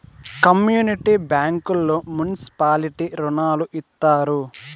community బ్యాంకుల్లో municipality రుణాలు ఇత్తారు